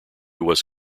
was